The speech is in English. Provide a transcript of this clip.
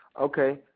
Okay